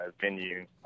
venue